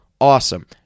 awesome